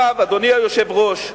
אדוני היושב-ראש,